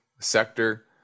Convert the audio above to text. sector